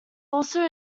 also